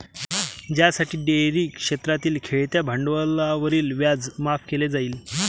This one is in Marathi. ज्यासाठी डेअरी क्षेत्रातील खेळत्या भांडवलावरील व्याज माफ केले जाईल